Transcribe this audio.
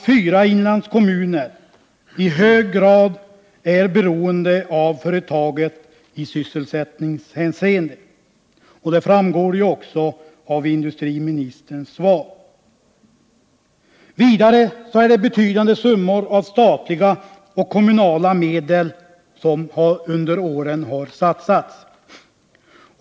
Fyra inlandskommuner är i hög grad beroende av företaget i sysselsättningshänseende — det framgår också av industriministerns svar. Betydande statliga och kommunala medel har under åren satsats.